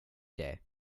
day